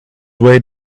way